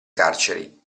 carceri